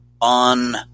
on